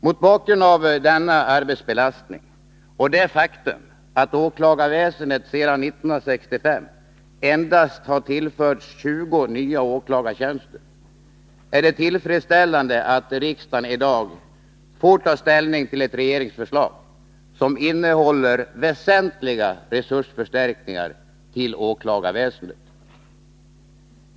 Mot bakgrund av denna arbetsbelastning och det faktum att åklagarväsendet sedan 1965 endast har tillförts 20 nya åklagartjänster är det tillfredsställande att riksdagen i dag får ta ställning till ett regeringsförslag som innehåller väsentliga resursförstärkningar till åklagarväsendet.